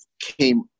came